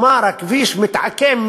כלומר הכביש מתעקם,